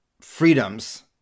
freedoms